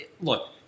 Look